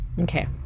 Okay